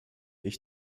ich